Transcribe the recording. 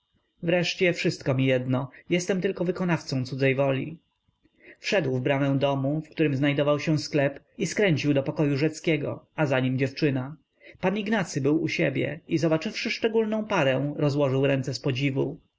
wreszcie wszystko mi jedno jestem tylko wykonawcą cudzej woli wszedł w bramę domu w którym znajdował się sklep i skręcił do pokoju rzeckiego a za nim dziewczyna pan ignacy był u siebie i zobaczywszy szczególną parę rozłożył ręce z podziwu